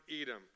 Edom